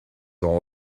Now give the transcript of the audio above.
all